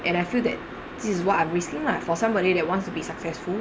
and I feel that this is what I am risking lah for somebody that wants to be successful